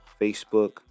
Facebook